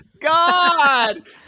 God